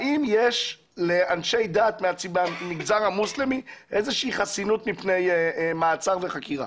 האם יש לאנשי דת מהמגזר המוסלמי איזושהי חסינות מפני מעצר וחקירה?